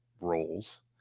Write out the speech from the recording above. roles